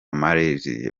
malaysia